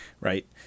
Right